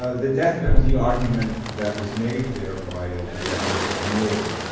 ah the death penalty argument that was made there by ldf was ignored.